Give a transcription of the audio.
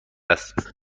است